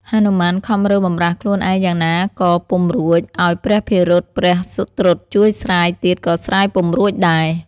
ហនុមានខំរើបម្រះខ្លួនឯងយ៉ាងណាក៏ពុំរួចឱ្យព្រះភិរុត ព្រះសុត្រុតជួយស្រាយទៀតក៏ស្រាយពុំរួចដែរ។